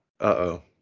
Uh-oh